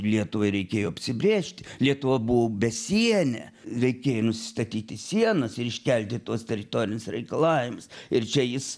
lietuvai reikėjo apsibrėžti lietuva buvo besienė reikėj nusistatyti sienas ir iškelti tuos teritorinius reikalavimus ir čia jis